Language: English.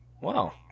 Wow